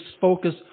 focus